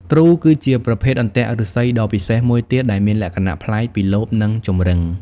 ទ្រូ គឺជាប្រភេទអន្ទាក់ឫស្សីដ៏ពិសេសមួយទៀត ដែលមានលក្ខណៈប្លែកពីលបនិងចម្រឹង។